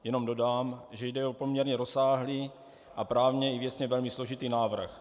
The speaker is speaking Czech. Jenom dodám, že jde o poměrně rozsáhlý a právně i věcně velmi složitý návrh.